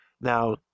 Now